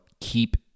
keep